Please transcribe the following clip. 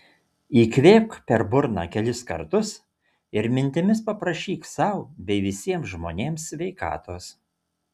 įkvėpk per burną kelis kartus ir mintimis paprašyk sau bei visiems žmonėms sveikatos